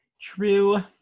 True